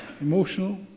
emotional